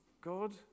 God